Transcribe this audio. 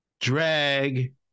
drag